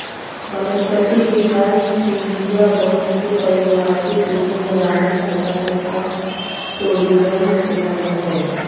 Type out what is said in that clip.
वनस्पति विज्ञान ट्यूलिया वंश के पारिभाषिक उद्गम ईरानी भाषा के शब्द टोलीबन से बनल हई